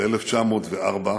ב-1904,